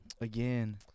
Again